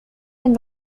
and